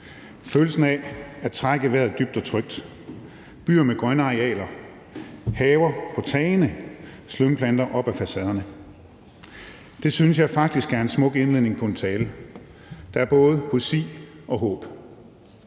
følelsen af at trække vejret dybt og trygt, byer med grønne arealer, haver på tagene, slyngplanter op ad facaderne ...« Det synes jeg faktisk er en smuk indledning på en tale. Der er både poesi og håb.